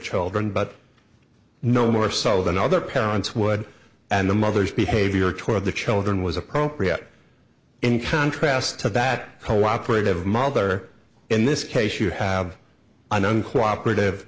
children but no more so than other parents would and the mother's behavior toward the children was appropriate in contrast to that cooperative mother in this case you have a known cooperat